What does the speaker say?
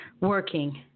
working